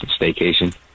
staycation